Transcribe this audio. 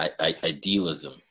idealism